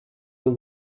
show